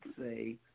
say